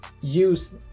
use